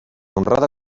honrada